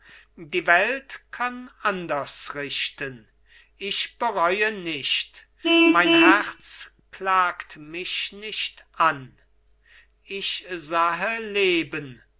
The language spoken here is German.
die welt kann anders richten ich bereue nicht mein herz klagt mich nicht an ich sahe leben